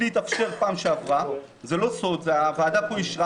לי התאפשר פעם שעברה, זה לא סוד, והוועדה פה אישרה